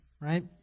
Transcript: right